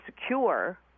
secure